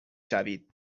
شوید